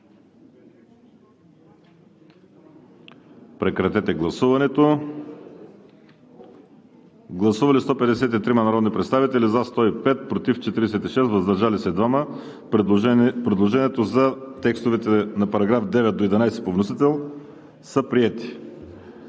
и § 11 по вносител. Гласували 153 народни представители: за 105, против 46, въздържали се 2. Предложението за текстовете на параграфи от 9 до 11 по вносител са приети.